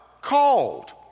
called